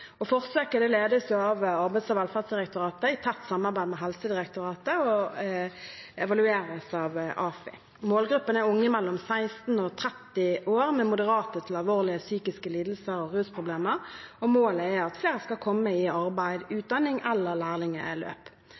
ledes av Arbeids- og velferdsdirektoratet i tett samarbeid med Helsedirektoratet og evalueres av AFI. Målgruppen er unge mellom 16 og 30 år med moderate til alvorlige psykiske lidelser og rusproblemer, og målet er at flere skal komme i arbeid, utdanning eller